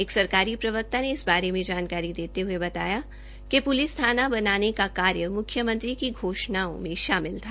एक सरकारी प्रवक्ता ने इस बारे में जानकारी देते हए बताया कि पुलिस थाना बनाने का कार्य मुख्यमंत्री की घोषणाओं में शामिल था